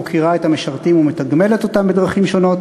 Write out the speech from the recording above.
מוקירה את המשרתים ומתגמלת אותם בדרכים שונות.